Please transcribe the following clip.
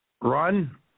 run